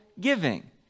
giving